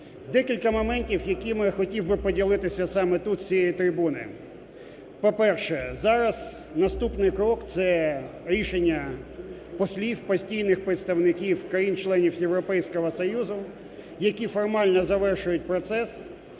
Декілька моментів, якими хотів би поділитися саме тут з цієї трибуни. По-перше, зараз наступний крок – це рішення послів, постійних представників країн-членів Європейського Союзу, які формально завершують процес,